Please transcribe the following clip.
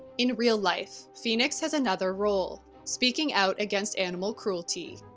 in real life, phoenix has another role speaking out against animal cruelty.